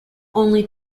only